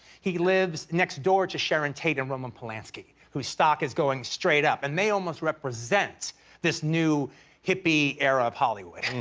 he lives next door to sharon tate and roman polanski, whose stock is going straight up. and they almost represent this new hippie era of hollywood.